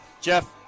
Jeff